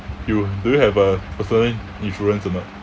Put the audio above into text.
you do you have a personal insurance or not